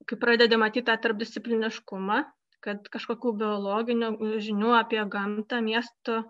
kai pradedi matyt tą tarpdiscipliniškumą kad kažkokių biologinių žinių apie gamtą miesto